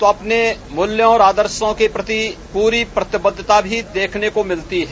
वह अपने मूल्यों और आदर्शो के प्रति प्ररी प्रतिबद्वता भी देखने को मिलती भी है